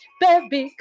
baby